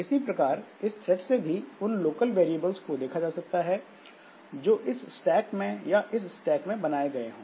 इसी प्रकार इस थ्रेड से भी उन लोकल वैरियेबल्स को देखा जा सकता है जो इस स्टैक में या इस स्टैक में बनाए गए हो